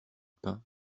pain